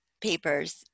papers